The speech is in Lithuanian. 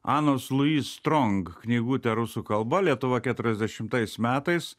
anos lui strong knygute rusų kalba lietuva keturiasdešimtais metais